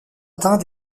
atteints